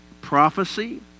prophecy